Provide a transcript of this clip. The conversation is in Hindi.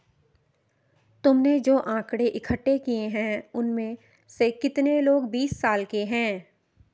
तुमने जो आकड़ें इकट्ठे किए हैं, उनमें से कितने लोग बीस साल के हैं?